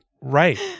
right